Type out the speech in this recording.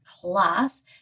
class